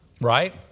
Right